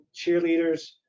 cheerleaders